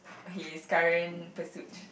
his current pursued